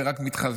זה רק מתחזק: